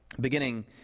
beginning